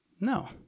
No